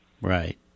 Right